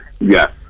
yes